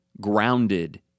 grounded